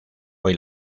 hoy